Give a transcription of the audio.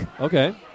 Okay